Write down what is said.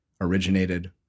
originated